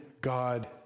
God